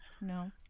No